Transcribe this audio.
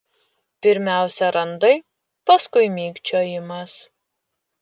pirmiausia randai paskui mikčiojimas